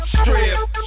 strip